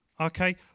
okay